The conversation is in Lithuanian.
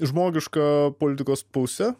žmogišką politikos pusę